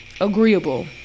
agreeable